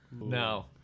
No